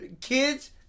kids